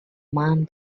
man